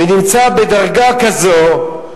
ונמצא בדרגה כזו,